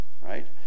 right